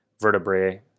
vertebrae